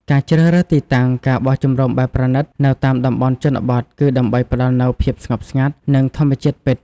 ការជ្រើសរើសទីតាំង ការបោះជំរំបែបប្រណីត នៅតាមតំបន់ជនបទ គឺដើម្បីផ្តល់នូវ ភាពស្ងប់ស្ងាត់ និងធម្មជាតិពិត ។